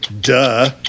duh